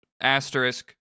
asterisk